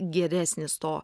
geresnis to